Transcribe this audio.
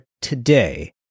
today